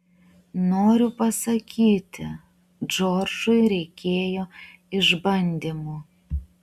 noriu pasakyti džordžui reikėjo išbandymų